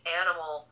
animal